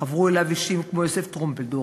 חברו אליו אישים כמו יוסף טרומפלדור,